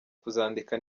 kuzandika